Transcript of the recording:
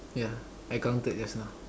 yeah I counted just now